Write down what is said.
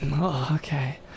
okay